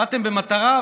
באתם במטרה?